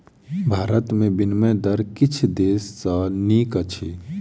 भारत में विनिमय दर किछ देश सॅ नीक अछि